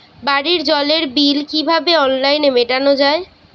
বাড়ির জলের বিল কিভাবে অনলাইনে মেটানো যায়?